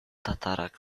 tatarak